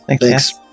Thanks